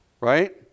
Right